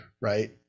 right